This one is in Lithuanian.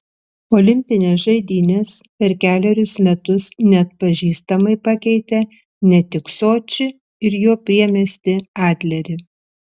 olimpinės žaidynės per kelerius metus neatpažįstamai pakeitė ne tik sočį ir jo priemiestį adlerį